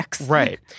Right